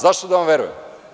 Zašto da vam verujemo?